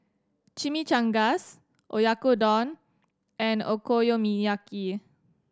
Chimichangas Oyakodon and Okonomiyaki